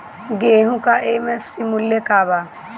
गेहू का एम.एफ.सी मूल्य का बा?